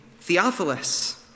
Theophilus